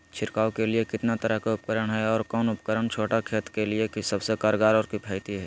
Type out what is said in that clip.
छिड़काव के लिए कितना तरह के उपकरण है और कौन उपकरण छोटा खेत के लिए सबसे कारगर और किफायती है?